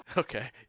Okay